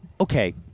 Okay